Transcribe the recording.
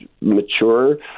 mature